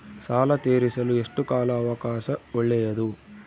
ಸಾಲ ತೇರಿಸಲು ಎಷ್ಟು ಕಾಲ ಅವಕಾಶ ಒಳ್ಳೆಯದು?